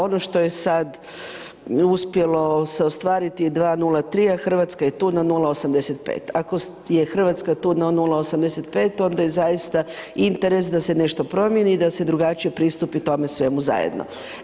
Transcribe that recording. Ono što se sada uspjelo ostvariti je 2,03 na Hrvatska je tu na 0,85, ako je Hrvatska tu na 0,85 onda je zaista interes da se nešto promijeni i da se drugačije pristupi tome svemu zajedno.